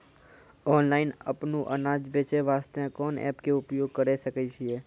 Online अपनो अनाज बेचे वास्ते कोंन एप्प के उपयोग करें सकय छियै?